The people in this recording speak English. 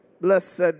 Blessed